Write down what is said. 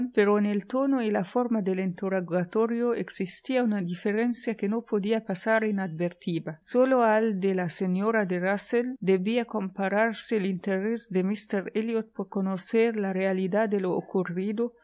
pero en el tono y la forma del interrogatorio existía una diferencia que no podía pasar inadvertida sólo al de la señora de rusell debía compararse el interés de míster elliot por conocer la realidad de lo ocurrido